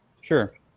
Sure